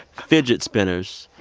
fidget spinners,